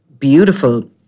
Beautiful